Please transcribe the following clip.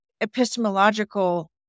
epistemological